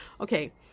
Okay